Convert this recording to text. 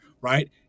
right